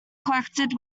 collected